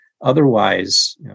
otherwise